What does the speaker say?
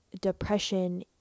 depression